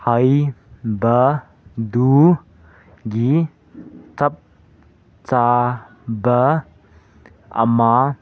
ꯍꯥꯏꯕꯗꯨꯒꯤ ꯆꯞ ꯆꯥꯕ ꯑꯃ